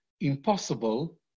impossible